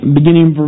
beginning